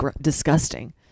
Disgusting